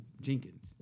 Jenkins